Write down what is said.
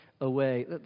away